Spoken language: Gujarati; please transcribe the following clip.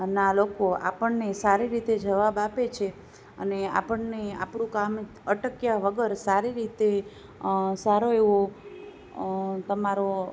ના લોકો આપણને સારી રીતે જવાબ આપે છે અને આપણને આપડું કામ અટક્યાં વગર સારી રીતે સારો એવો તમારો